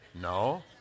No